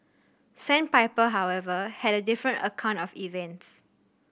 sandpiper however had a different account of events